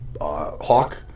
Hawk